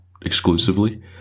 exclusively